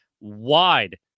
wide